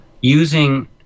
using